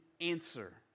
answer